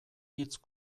hitz